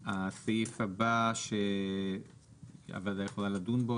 הסעיף הבא שהוועדה יכולה לדון בו,